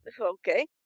Okay